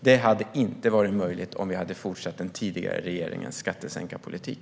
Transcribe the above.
Det hade inte varit möjligt om vi hade fortsatt med den tidigare regeringens skattesänkarpolitik.